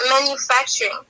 manufacturing